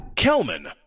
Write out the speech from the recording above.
Kelman